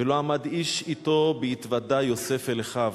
"ולא עמד איש אתו בהתודע יוסף אל אחיו.